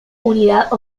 unidad